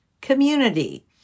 community